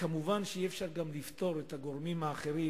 כמובן אי-אפשר גם לפטור את הגורמים האחרים,